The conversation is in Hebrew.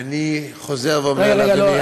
אני חוזר ואומר לאדוני,